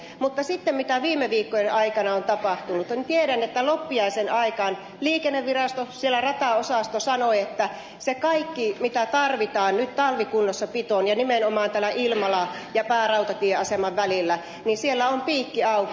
mutta sitten mitä viime viikkojen aikana on tapahtunut niin tiedän että loppiaisen aikaan liikenneviraston rataosasto sanoi että se kaikki mitä tarvitaan nyt talvikunnossapitoon ja nimenomaan täällä ilmalan ja päärautatieaseman välillä siellä on piikki auki